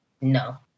no